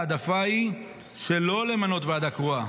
ההעדפה היא שלא למנות ועדה קרואה,